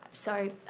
sorry,